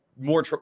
more –